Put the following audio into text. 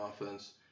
offense